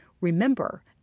Remember